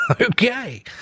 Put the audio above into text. Okay